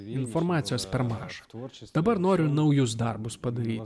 informacijos per maža nors dabar noriu naujus darbus padaryti